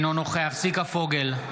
אינו נוכח צביקה פוגל,